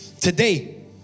Today